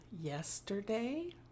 yesterday